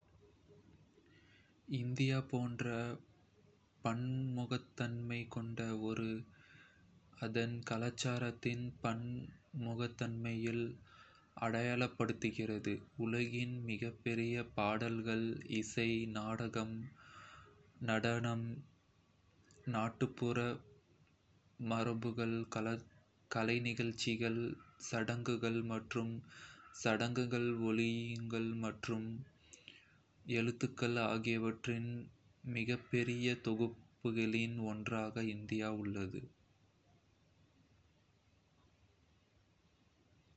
இந்தியா போன்ற பன்முகத்தன்மை கொண்ட ஒரு நாடு அதன் கலாச்சாரத்தின் பன்முகத்தன்மையால் அடையாளப்படுத்தப்படுகிறது. உலகின் மிகப்பெரிய பாடல்கள், இசை, நடனம், நாடகம், நாட்டுப்புற மரபுகள், கலைநிகழ்ச்சிகள், சடங்குகள் மற்றும் சடங்குகள், ஓவியங்கள் மற்றும் எழுத்துகள் ஆகியவற்றின் மிகப்பெரிய தொகுப்புகளில் ஒன்றாக இந்தியா உள்ளது.